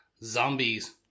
zombies